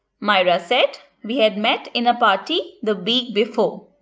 myra said we had met in a party the week before.